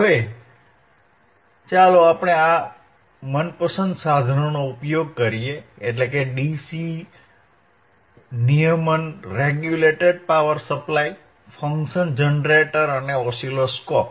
હવે ચાલો આપણે આપણા મનપસંદ સાધનોનો ઉપયોગ કરીએ એટલે કે ડીસી નિયમન પાવર સપ્લાય ફંક્શન જનરેટર અને ઓસિલોસ્કોપ